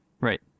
Right